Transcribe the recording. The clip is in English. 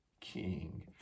king